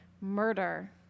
murder